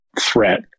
threat